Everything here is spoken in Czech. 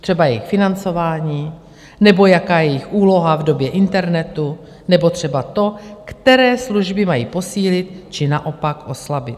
Třeba jejich financování, nebo jaká je jejich úloha v době internetu, nebo třeba to, které služby mají posílit či naopak oslabit.